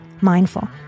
mindful